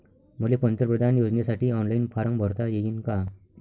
मले पंतप्रधान योजनेसाठी ऑनलाईन फारम भरता येईन का?